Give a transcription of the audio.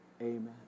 Amen